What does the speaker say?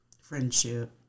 friendship